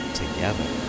together